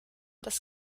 das